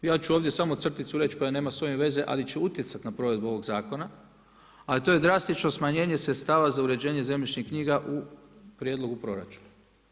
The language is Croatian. Ja ću ovdje samo crticu reći koja nema s ovim veze, ali će utjecati na provedbu ovoga zakona, a to je drastično smanjenje sredstava za uređenje zemljišnih knjiga u prijedlogu proračuna.